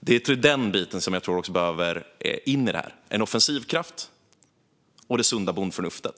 Det är den biten som måste in i det här: en offensiv kraft och det sunda bondförnuftet.